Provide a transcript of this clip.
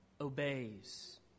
obeys